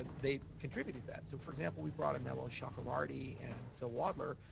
ah they contributed that. so, for example, we brought in manuel chakravarty and phil wadler.